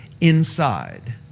inside